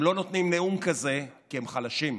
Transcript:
הם לא נותנים נאום כזה כי הם חלשים,